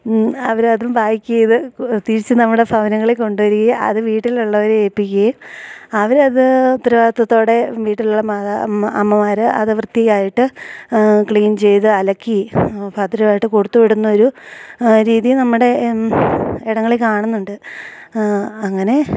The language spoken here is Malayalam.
അവരതും പാക്ക് ചെയ്ത് തിരിച്ച് നമ്മുടെ ഭവനങ്ങളിൽ കൊണ്ടുവരികയും അത് വീട്ടിലുള്ളവരെ ഏൽപ്പിക്കുകയും അവരത് ഉത്തരവാദിത്തോടെ വീട്ടിലുള്ള മാത അമ്മ അമ്മമാര് അത് വൃത്തിയായിട്ട് ക്ലീൻ ചെയ്ത് അലക്കി ഭദ്രമായിട്ട് കൊടുത്തു വിടുന്ന ഒരു രീതി നമ്മുടെ ഇടങ്ങളിൽ കാണുന്നുണ്ട് അങ്ങനെ